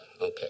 Okay